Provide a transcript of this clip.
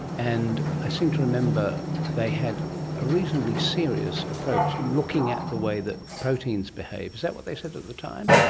and i seem to remember they had a reasonably serious approach, looking at the way that proteins behave. is that what they said at the time?